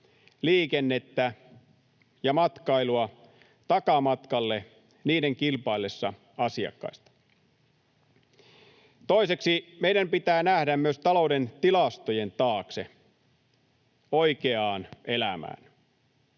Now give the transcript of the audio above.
liikennettä ja matkailua takamatkalle niiden kilpaillessa asiakkaista. Toiseksi, meidän pitää nähdä myös talouden tilastojen taakse, oikeaan elämään.